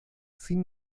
sin